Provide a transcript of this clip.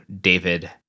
David